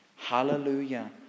Hallelujah